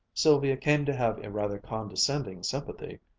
sylvia came to have a rather condescending sympathy,